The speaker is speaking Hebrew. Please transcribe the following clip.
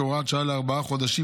כהוראת שעה לארבעה חודשים,